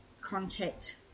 Contact